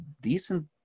decent